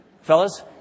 Fellas